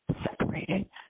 separated